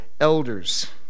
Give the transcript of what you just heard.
elders